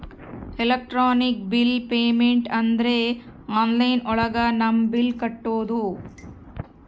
electronic bill payment ಅಂದ್ರೆ online ಒಳಗ ನಮ್ ಬಿಲ್ ಕಟ್ಟೋದು